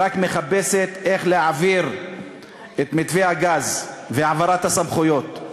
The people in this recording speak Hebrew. רק מחפשת איך להעביר את מתווה הגז והעברת הסמכויות.